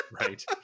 right